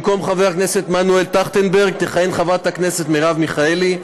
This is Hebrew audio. במקום חבר הכנסת מנואל טרכטנברג תכהן חברת הכנסת מרב מיכאלי,